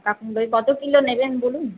পাকা কুমড়োয় কত কিলো নেবেন বলুন